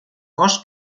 cos